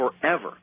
forever